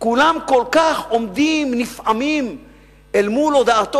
כולם עומדים כל כך נפעמים אל מול הודעתו